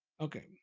Okay